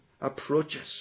approaches